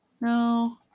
no